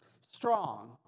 Strong